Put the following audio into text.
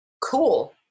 cool